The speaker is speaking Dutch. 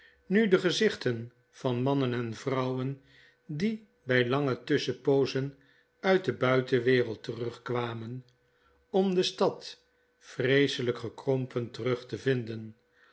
nu de gezichten van mannen en vrouwen die bg lange tusschenpoozen uit de buitenwereld terugkwamen om de stad vreeselp gekrompen terug tevinden